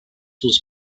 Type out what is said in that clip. was